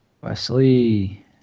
Wesley